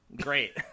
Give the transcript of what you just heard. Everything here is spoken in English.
Great